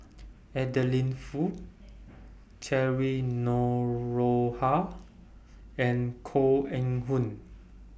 Adeline Foo Cheryl Noronha and Koh Eng Hoon